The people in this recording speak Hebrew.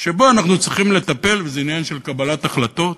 שבו אנחנו צריכים לטפל, וזה עניין של קבלת החלטות.